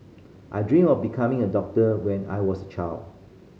I dreamt of becoming a doctor when I was a child